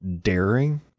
daring